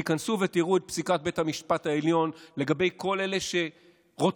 תיכנסו ותראו את פסיקת בית המשפט העליון לגבי כל אלה שרוצים